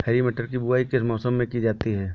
हरी मटर की बुवाई किस मौसम में की जाती है?